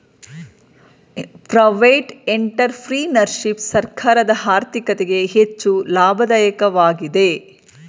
private entrepreneurship ಸರ್ಕಾರದ ಆರ್ಥಿಕತೆಗೆ ಹೆಚ್ಚು ಲಾಭದಾಯಕವಾಗಿದೆ